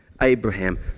Abraham